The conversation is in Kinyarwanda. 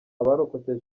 abarokotse